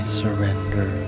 surrender